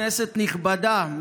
כנסת נכבדה,